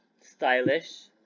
stylish